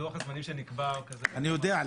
לוח הזמנים שנקבע הוא כזה --- אני יודע,